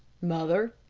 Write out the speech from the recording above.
mother,